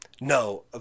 No